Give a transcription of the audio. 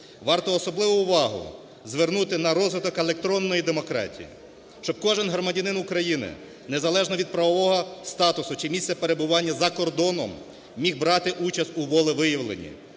варто особливу увагу звернути на розвиток електронної демократії, щоб кожний громадянин України, незалежно від правового статусу чи місця перебування за кордоном, міг брати участь у волевиявленні.